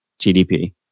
GDP